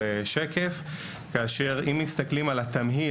אם מסתכלים על התמהיל,